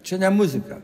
čia ne muzika